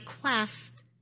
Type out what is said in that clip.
quest